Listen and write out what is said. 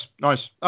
Nice